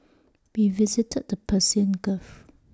we visited the Persian gulf